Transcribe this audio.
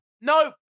No